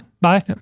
Bye